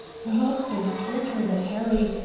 her husband told her that harry,